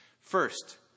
First